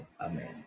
Amen